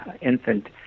infant